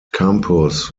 campus